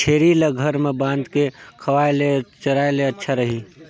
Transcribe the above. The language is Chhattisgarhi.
छेरी ल घर म बांध के खवाय ले चराय ले अच्छा रही?